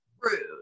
rude